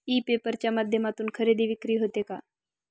E paper च्या माध्यमातून खरेदी विक्री होते का?